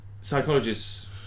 psychologists